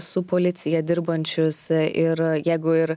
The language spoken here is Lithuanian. su policija dirbančius ir jeigu ir